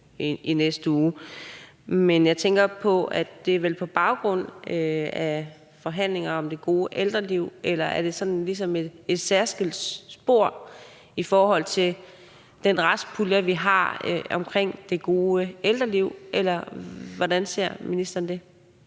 i næste uge. Men jeg tænker, at det vel er på baggrund af forhandlinger om det gode ældreliv. Eller er det et særskilt spor i forhold til den restpulje, vi har omkring det gode ældreliv? Hvordan ser ministeren det?